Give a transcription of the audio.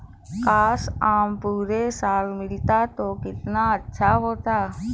काश, आम पूरे साल मिलता तो कितना अच्छा होता